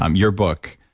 um your book,